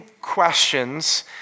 Questions